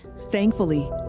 Thankfully